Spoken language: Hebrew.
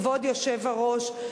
כבוד היושב-ראש,